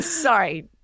sorry